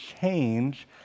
change